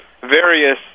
various